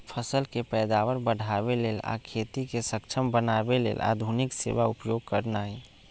फसल के पैदावार बढ़ाबे लेल आ खेती के सक्षम बनावे लेल आधुनिक सेवा उपयोग करनाइ